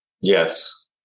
Yes